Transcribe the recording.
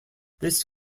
this